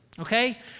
okay